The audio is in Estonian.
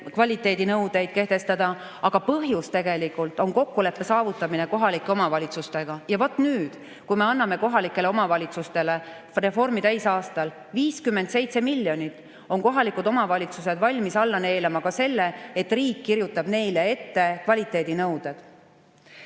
kvaliteedinõudeid kehtestada, aga põhjus on kokkuleppe saavutamine kohalike omavalitsustega. Nüüd, kui me anname kohalikele omavalitsustele reformi täisaastal 57 miljonit, on kohalikud omavalitsused valmis alla neelama ka selle, et riik kirjutab neile ette kvaliteedinõuded.